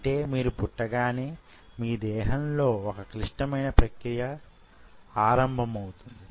అంటే మీరు పుట్టగానే మీ దేహంలో వొక క్లిష్టమైన ప్రక్రియ ఆరంభమవుతుంది